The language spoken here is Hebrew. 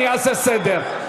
אני אעשה סדר.